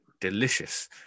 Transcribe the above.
delicious